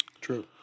True